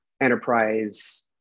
enterprise